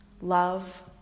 love